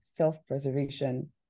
self-preservation